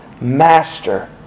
Master